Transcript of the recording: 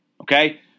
Okay